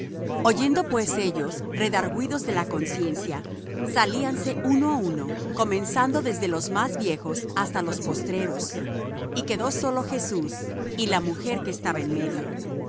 oyendo pues ellos redargüidos de la conciencia salíanse uno á uno comenzando desde los más viejos hasta los postreros y quedó solo jesús y la mujer que estaba en medio